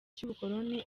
cy’ubukoloni